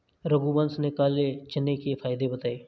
रघुवंश ने काले चने के फ़ायदे बताएँ